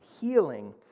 healing